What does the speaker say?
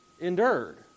endured